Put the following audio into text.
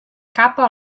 capa